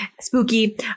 spooky